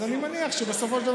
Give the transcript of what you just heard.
אז אני מניח שבסופו של דבר,